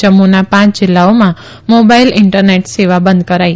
જમ્મુના પાંચ જિલ્લાઓમાં મોબાઇલ ઇન્ટરનેટ સેવા બંધ કરાઇ